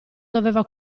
doveva